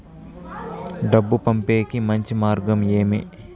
డబ్బు పంపేకి మంచి మార్గం ఏమి